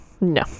no